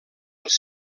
els